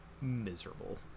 miserable